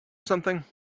something